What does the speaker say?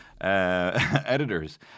editors